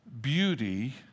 beauty